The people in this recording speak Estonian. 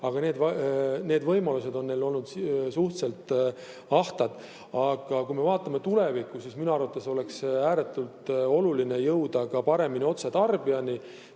aga need võimalused on olnud suhteliselt ahtad. Aga kui me vaatame tulevikku, siis minu arvates on ääretult oluline jõuda paremini otse tarbijani. Teine